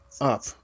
up